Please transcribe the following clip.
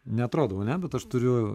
neatrodau ane bet aš turiu